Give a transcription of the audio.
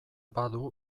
badu